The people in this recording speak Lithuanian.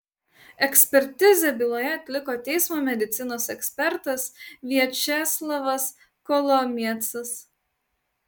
ekspertizę byloje atliko teismo medicinos ekspertas viačeslavas kolomiecas